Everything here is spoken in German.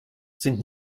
sind